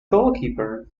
goalkeeper